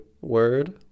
word